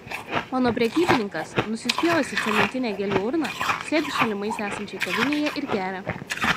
mano prekybininkas nusispjovęs į cementinę gėlių urną sėdi šalimais esančioj kavinėje ir geria